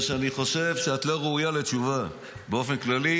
בגלל שאני חושב שאת לא ראויה לתשובה באופן כללי,